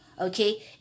okay